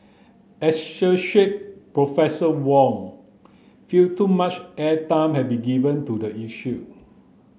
associate Professor Wong felt too much airtime had been given to the issue